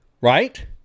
right